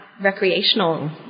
recreational